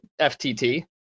FTT